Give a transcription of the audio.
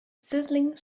sizzling